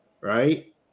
right